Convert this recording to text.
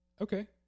Okay